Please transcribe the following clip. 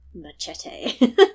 machete